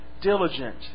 diligent